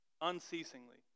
unceasingly